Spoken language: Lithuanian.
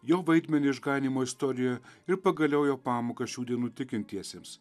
jo vaidmenį išganymo istorijoje ir pagaliau jo pamokas šių dienų tikintiesiems